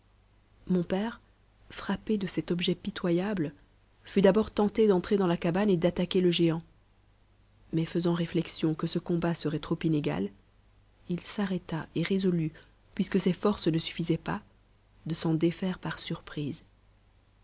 mon père frappé de cet objet pitoyable fut d'abord tenté d'entrer dans la cabane et d'attaquer le géant mais faisant réflexion que ce combat serait trop inégal il s'arrêta et résolut puisque ses forces ne suffisaient pas de s'en défaire par surprise